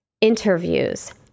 Interviews